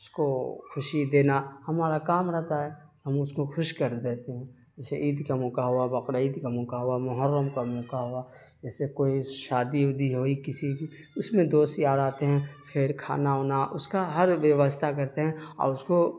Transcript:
اس کو خوشی دینا ہمارا کام رہتا ہے ہم اس کو خوش کر دیتے ہیں جیسے عید کا موقع ہوا بقرعید کا موقع ہوا محرم کا موقع ہوا جیسے کوئی شادی اودی ہوئی کسی کی اس میں دوست یار آتے ہیں پھر کھانا اونا اس کا ہر ویوستھا کرتے ہیں اور اس کو